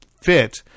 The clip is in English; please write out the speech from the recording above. fit